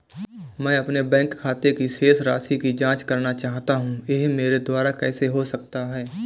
मैं अपने बैंक खाते की शेष राशि की जाँच करना चाहता हूँ यह मेरे द्वारा कैसे हो सकता है?